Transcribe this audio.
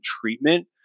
treatment